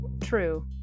true